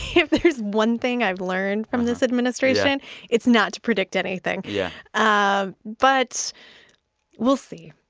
if there's one thing i've learned from this administration it's not to predict anything. yeah ah but we'll see.